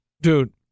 Dude